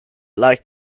like